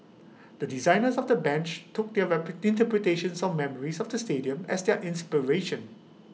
the designers of the bench took their rep interpretations or memories of the stadium as their inspiration